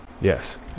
Yes